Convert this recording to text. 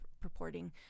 purporting